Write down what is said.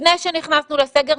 לפני שנכנסנו לסגר,